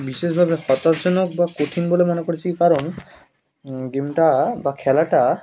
বিশেষভাবে হতাশাজনক বা কঠিন বলে মনে করেছি কারণ গেমটা বা খেলাটা